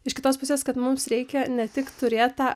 iš kitos pusės kad mums reikia ne tik turėt tą